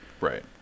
right